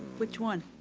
which one?